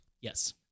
Yes